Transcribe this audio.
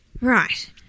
Right